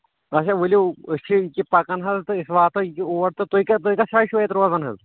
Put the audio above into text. اچھا ؤلِو أسۍ چھِ ییٚکیٛاہ پَکَان حظ تہٕ أسۍ واتو ییٚکیٛاہ اور تہٕ تُہۍ کَتھ تُہۍ کَتھ جایہِ چھِو ییٚتہِ روزان حظ